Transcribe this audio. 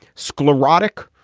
sclerotic,